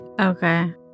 Okay